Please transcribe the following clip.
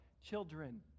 children